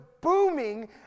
booming